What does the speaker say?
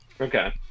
okay